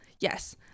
Yes